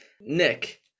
Nick